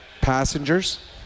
passengers